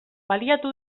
baliatu